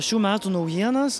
šių metų naujienas